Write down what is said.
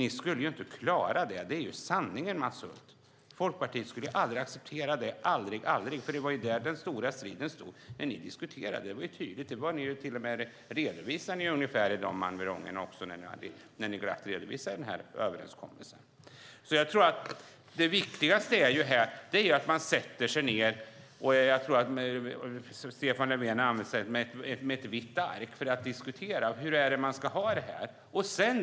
Ni skulle inte klara det. Det är sanningen, Mats Odell. Folkpartiet skulle aldrig, aldrig acceptera det, för det var ju tydligt att det var om det som den stora striden stod när ni diskuterade detta. Det framgick också när ni glatt redovisade överenskommelsen. Det viktigaste är att man sätter sig ned med ett vitt ark, och det tror jag att Stefan Löfven har använt sig av, för att diskutera hur man ska ha det.